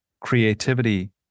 creativity